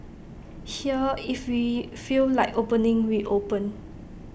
here if we feel like opening we open